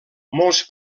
molts